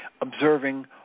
Observing